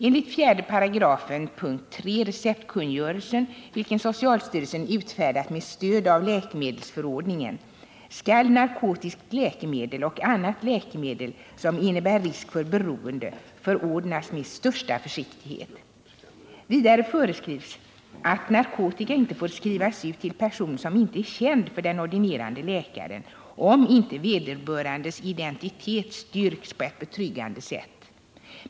Enligt 4§ 3. receptkungörelsen , vilken socialstyrelsen utfärdat med stöd av läkemedelsförordningen , skall narkotiskt läkemedel och annat läkemedel som innebär risk för beroende förordnas med största försiktighet. Vidare föreskrivs att narkotika inte får skrivas ut till person som inte är känd för den ordinerande läkaren, om inte vederbörandes identitet styrks på ett betryggande sätt.